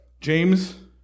James